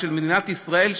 של מדינת ישראל,